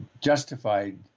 justified